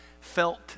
felt